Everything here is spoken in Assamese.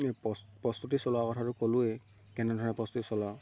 প্ৰস্তুতি প্ৰস্তুতি চলোৱাৰ কথাটো ক'লোঁৱেই কেনেধৰণে প্ৰস্তুতি চলাওঁ